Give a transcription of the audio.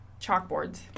chalkboards